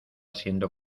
siendo